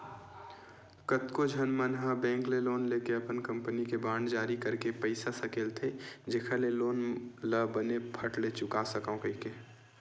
कतको झन मन ह बेंक ले लोन लेके अपन कंपनी के बांड जारी करके पइसा सकेलथे जेखर ले लोन ल बने फट ले चुका सकव कहिके